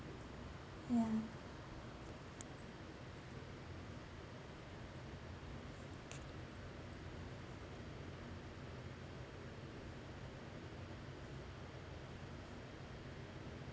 yeah